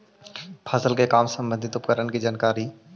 फसल के काम संबंधित उपकरण के जानकारी?